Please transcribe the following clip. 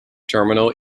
terminal